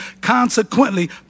Consequently